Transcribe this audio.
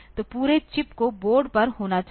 तो पूरे चिप को बोर्ड पर होना चाहिए